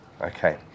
Okay